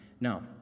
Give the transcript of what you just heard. Now